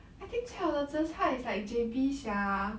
I think 最好的 zi char is like J_B sia